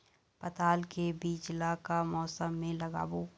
पताल के बीज ला का मौसम मे लगाबो?